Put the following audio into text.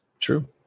True